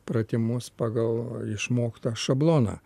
pratimus pagal išmoktą šabloną